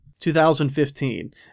2015